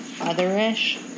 other-ish